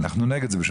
אנחנו נגד זה,